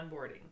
onboarding